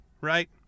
right